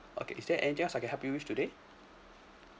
okay is there anything else I can help you with today